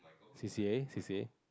C C A C C A